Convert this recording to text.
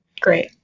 Great